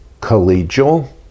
collegial